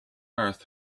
earth